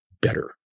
better